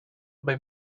may